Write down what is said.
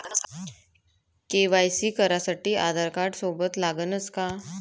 KYC करासाठी आधारकार्ड सोबत लागनच का?